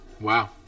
Wow